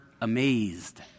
amazed